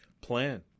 plan